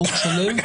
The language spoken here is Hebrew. ברוך שלו.